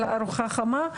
אותה התוכנית של ארוחה חמה,